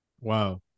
Wow